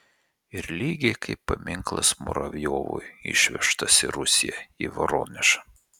ir lygiai kaip paminklas muravjovui išvežtas į rusiją į voronežą